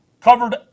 covered